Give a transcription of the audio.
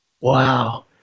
Wow